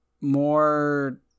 more